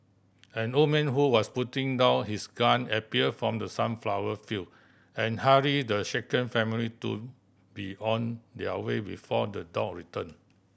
an old man who was putting down his gun appear from the sunflower field and hurry the shaken family to be on their way before the dog return